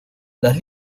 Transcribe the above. las